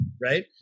right